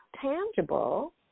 tangible